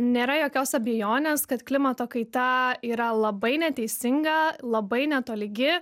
nėra jokios abejonės kad klimato kaita yra labai neteisinga labai netolygi